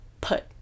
put